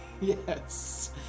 Yes